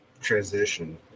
transition